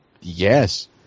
Yes